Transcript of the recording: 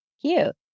Cute